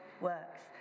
works